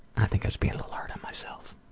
i think i was being a little hard on myself.